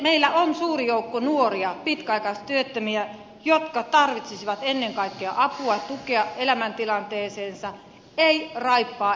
meillä on suuri joukko nuoria pitkäaikaistyöttömiä jotka tarvitsisivat ennen kaikkea apua tukea elämäntilanteeseensa eivät raippaa eivät rangaistusta